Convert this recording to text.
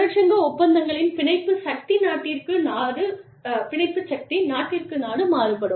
தொழிற்சங்க ஒப்பந்தங்களின் பிணைப்பு சக்தி நாட்டிற்கு நாடு மாறுபடும்